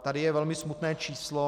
Tady je velmi smutné číslo.